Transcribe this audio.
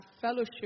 fellowship